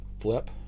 flip